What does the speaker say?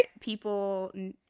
people